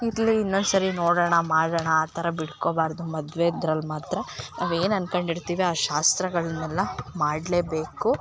ಇರಲಿ ಇನ್ನೊಂದ್ಸರಿ ನೋಡೊಣ ಮಾಡೋಣ ಆ ಥರ ಬಿಟ್ಕೋಬಾರ್ದು ಮದ್ವೆದ್ರಲ್ಲಿ ಮಾತ್ರ ನಾವೇನು ಅನ್ಕೊಂಡಿರ್ತೀವಿ ಆ ಶಾಸ್ತ್ರಗಳ್ನೆಲ್ಲ ಮಾಡಲೇಬೇಕು